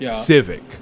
Civic